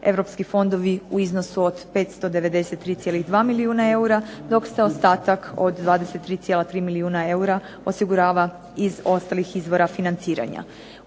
europski fondovi u iznosu od 593,2 milijuna eura dok se ostatak od 23,3 milijuna eura osigurava iz ostalih izvora financiranja.